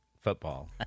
football